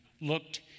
looked